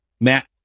matt